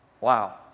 Wow